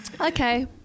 Okay